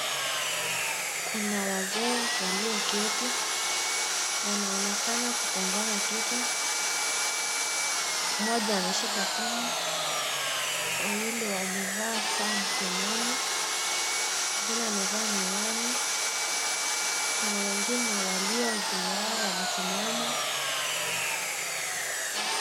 Kuna wazee walioketi ,wanaonekana kutazama kitu, mmoja ameshika simu wawili wamevaa saa mkononi, mwingine amevaa miwani, Kuna wengine walio juu yao wamesimama.